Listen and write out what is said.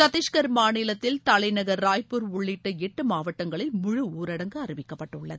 சத்தீஷ்கா் மாநிலத்தில் தலைநகா் ராய்ப்பூர் உள்ளிட்ட எட்டு மாவட்டங்களில் முழு ஊரடங்கு அறிவிக்கப்பட்டுள்ளது